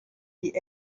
die